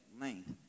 length